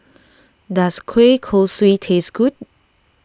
does Kueh Kosui taste good